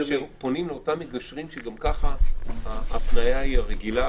כאשר פונים לאותם מגשרים שגם כך ההפניה היא רגילה,